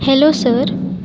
hello sir